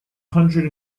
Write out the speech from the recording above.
hundred